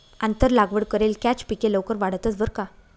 आंतर लागवड करेल कॅच पिके लवकर वाढतंस बरं का